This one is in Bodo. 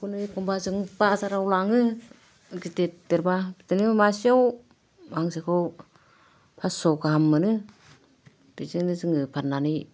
बेखौनो एखम्बा जों बाजाराव लाङो गिदिर देरबा बिदिनो मासेआव हांसोखौ फासस' गाहाम मोनो बेजोंनो जोङो फाननानै